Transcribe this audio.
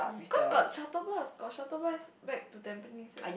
because got shuttle bus got shuttle bus back to tampines eh